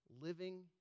living